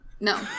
No